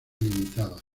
limitada